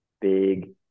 big